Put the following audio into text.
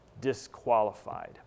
disqualified